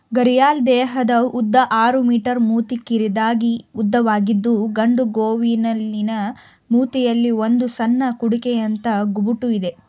ಘರಿಯಾಲ್ ದೇಹದ ಉದ್ದ ಆರು ಮೀ ಮೂತಿ ಕಿರಿದಾಗಿ ಉದ್ದವಾಗಿದ್ದು ಗಂಡು ಗೇವಿಯಲಿನ ಮೂತಿಯಲ್ಲಿ ಒಂದು ಸಣ್ಣ ಕುಡಿಕೆಯಂಥ ಗುಬುಟು ಇದೆ